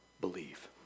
believe